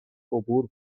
عبور